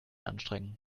anstrengen